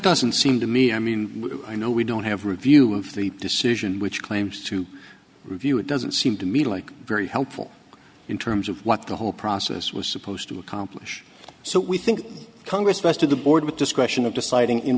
doesn't seem to me i mean i know we don't have review the decision which claims to review it doesn't seem to me like very helpful in terms of what the whole process was supposed to accomplish so we think congress vested the board with discretion of deciding in